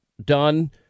done